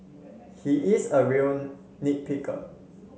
he is a real picker